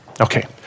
Okay